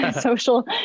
social